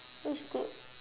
which group